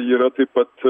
yra taip pat